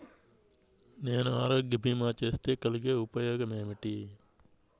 నేను ఆరోగ్య భీమా చేస్తే కలిగే ఉపయోగమేమిటీ?